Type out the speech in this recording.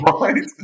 Right